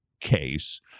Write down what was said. case